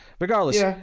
Regardless